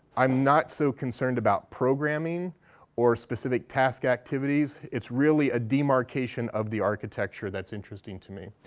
i'm not so concerned about programming or specific task activities. it's really a demarcation of the architecture that's interesting to me.